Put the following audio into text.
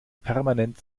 permanent